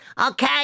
Okay